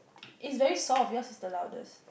is very soft your speaker louder